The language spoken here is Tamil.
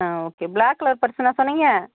ஆ ஓகே பிளாக் கலர் பர்ஸுனா சொன்னீங்க